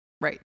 Right